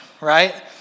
right